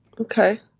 Okay